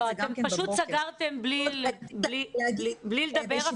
פשוט סגרתם בלי לדבר אפילו איתנו.